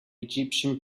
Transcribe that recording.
egyptian